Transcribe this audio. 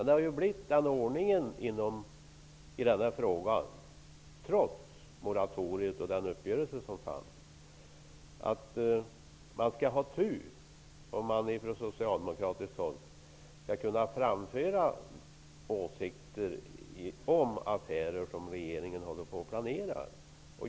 Det har blivit så i den här frågan, trots moratoriet och uppgörelsen, att man skall ha tur om man från socialdemokratiskt håll skall kunna framföra åsikter om affärer som regeringen håller på att planera.